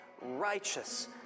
righteous